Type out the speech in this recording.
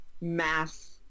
mass